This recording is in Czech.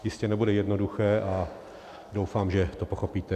Jistě nebude jednoduché a doufám, že to pochopíte.